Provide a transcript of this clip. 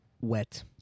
wet